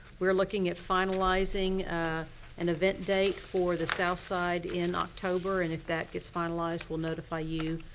we're looking at finalizing an event date for the southside in october. and, if that gets finalized, we'll notify you